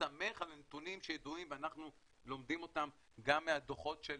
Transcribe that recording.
בהסתמך על נתונים ידועים ואנחנו לומדים אותם גם מהדוחות של